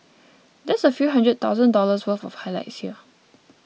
that's a few hundred thousand dollars worth of highlights here